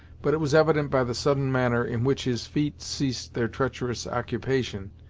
but it was evident by the sudden manner in which his feet ceased their treacherous occupation,